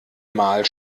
mal